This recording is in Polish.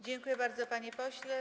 Dziękuję bardzo, panie pośle.